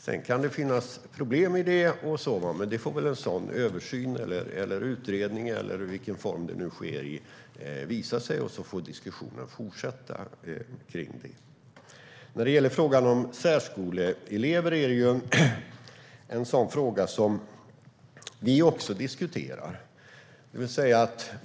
Det kan finnas problem med det, men det får väl en sådan översyn eller utredning, eller i vilken form det nu sker, visa. Sedan får diskussionen fortsätta kring det. Frågan om särskoleelever är en fråga som vi också diskuterar.